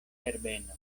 herbeno